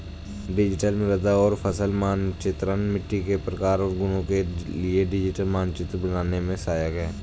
digital मृदा और फसल मानचित्रण मिट्टी के प्रकार और गुणों के लिए डिजिटल मानचित्र बनाने में सहायक है